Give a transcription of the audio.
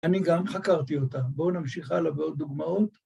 ‫אני גם חקרתי אותה. ‫בואו נמשיך הלאה בעוד דוגמאות.